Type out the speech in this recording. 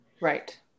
Right